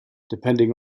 depending